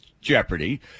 jeopardy